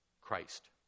Christ